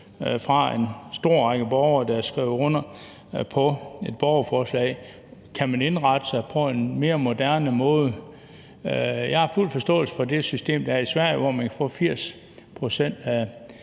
fra en lang række borgere, som har skrevet under på et borgerforslag, og se, om man kunne indrette sig på en mere moderne måde. Jeg har fuld forståelse for det system, der er i Sverige, hvor man kan få 80 pct. af